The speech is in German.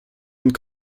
und